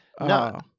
no